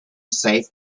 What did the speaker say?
safe